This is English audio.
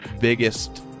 biggest